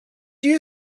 you